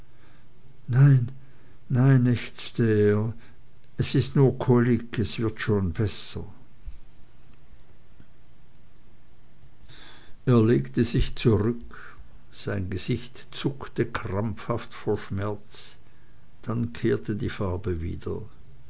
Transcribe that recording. nein nein ächzte er es ist nur kolik es wird schon besser er legte sich zurück sein gesicht zuckte krampfhaft vor schmerz dann kehrte die farbe wieder